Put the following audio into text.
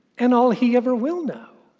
and all he ever will know.